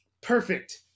Perfect